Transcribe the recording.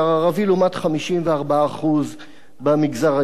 לעומת 54% במגזר היהודי.